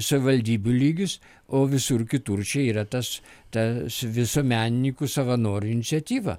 savivaldybių lygis o visur kitur čia yra tas tas visuomenininkų savanorių iniciatyva